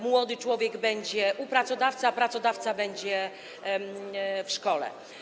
Młody człowiek będzie u pracodawcy, a pracodawca będzie w szkole.